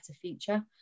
future